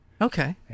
Okay